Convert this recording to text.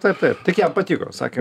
taip taip tik jam patiko sakė